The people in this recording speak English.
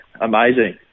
amazing